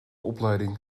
opleiding